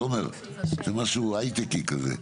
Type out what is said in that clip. תומר, זה משהו "היי-טקי" כזה.